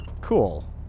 Cool